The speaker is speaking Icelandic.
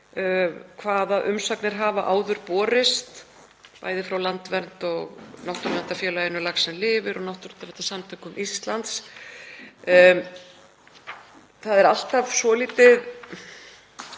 hvaða umsagnir hafa áður borist, bæði frá Landvernd og náttúruverndarfélaginu Laxinn lifir og Náttúruverndarsamtökum Íslands. Það er alltaf svolítið,